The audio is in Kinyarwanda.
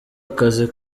akazi